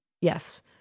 Yes